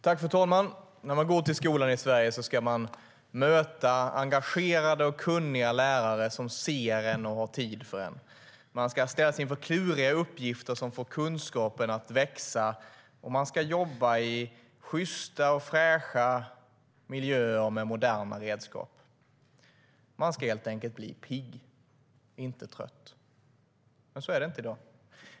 Fru talman! När man går till skolan i Sverige ska man möta engagerade och kunniga lärare som ser en och har tid för en. Man ska ställas inför kluriga uppgifter som får kunskapen att växa, och man ska jobba i sjysta och fräscha miljöer med moderna redskap. Man ska helt enkelt bli pigg - inte trött. Så är det dock inte i dag.